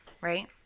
right